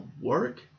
work